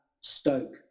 stoke